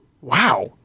Wow